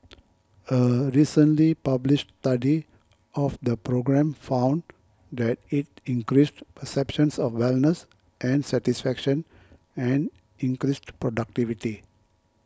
a recently published study of the program found that it increased perceptions of wellness and satisfaction and increased productivity